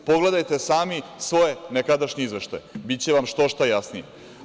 Pogledajte sami svoje nekadašnje izveštaje, biće vam što šta jasnije.